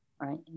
right